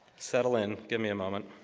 settle in, give me a moment